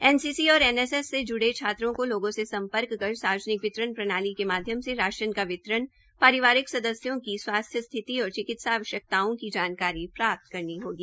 NCC और NSS से जुड़े छात्रों को लोगों से सम्पर्क कर सार्वजिनक वितरण प्रणाली के माध्यम से जमानत का वितरण परिववारिक सदस्यों की स्वास्थ्य स्थिति और चिकित्सा आवश्कताओं की जानकारी प्राप्त करनी होगी